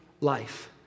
life